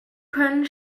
können